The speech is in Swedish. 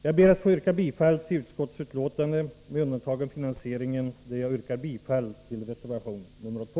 Jag ber att få yrka bifall till utskottets hemställan med undantag av finansieringen, där jag yrkar bifall till reservation nr. 2.